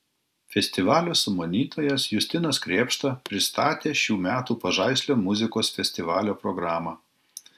festivalio sumanytojas justinas krėpšta pristatė šių metų pažaislio muzikos festivalio programą